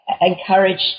encouraged